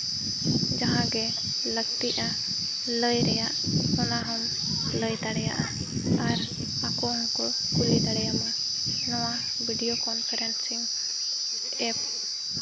ᱡᱟᱦᱟᱸ ᱜᱮ ᱞᱟᱹᱠᱛᱤᱜᱼᱟ ᱞᱟᱹᱭ ᱨᱮᱭᱟᱜ ᱚᱱᱟ ᱦᱚᱸᱢ ᱞᱟᱹᱭ ᱫᱟᱲᱮᱭᱟᱜᱼᱟ ᱟᱨ ᱟᱠᱚ ᱦᱚᱸᱠᱚ ᱞᱟᱹᱭ ᱫᱟᱲᱮᱭᱟᱢᱟ ᱱᱚᱣᱟ ᱵᱷᱤᱰᱤᱭᱚ ᱠᱚᱱᱯᱷᱟᱨᱮᱱᱥᱤᱝ ᱮᱯ